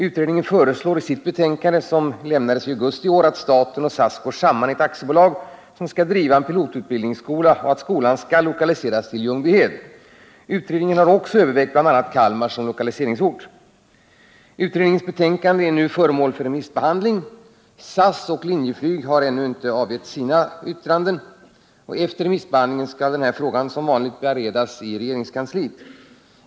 Utredningen föreslår i sitt betänkande, som avlämnades i augusti i år, att staten och SAS går samman i ett aktiebolag som skall driva en pilotutbildningsskola och att skolan skall lokaliseras till Ljungbyhed. Utredningen har också övervägt bl.a. Kalmar som lokaliseringsort. Utredningens betänkande är f. n. föremål för remissbehandling. SAS och Linjeflyg har ännu inte avgett sina yttranden. Efter remissbehandlingen kommer frågan i vanlig ordning att beredas i regeringskansliet.